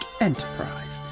Enterprise